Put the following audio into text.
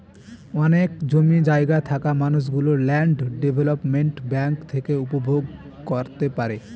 অনেক জমি জায়গা থাকা মানুষ গুলো ল্যান্ড ডেভেলপমেন্ট ব্যাঙ্ক থেকে উপভোগ করতে পারে